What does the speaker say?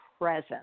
present